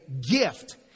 gift